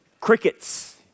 crickets